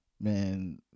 man